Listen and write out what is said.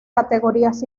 categorías